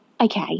okay